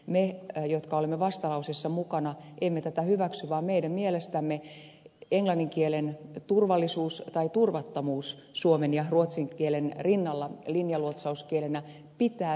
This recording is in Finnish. me jotka olemme vastalauseessa mukana emme tätä hyväksy vaan meidän mielestämme englannin kielen turvallisuus tai turvattomuus suomen ja ruotsin kielen rinnalla linjaluotsauskielenä pitää selvittää ensin